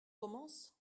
commence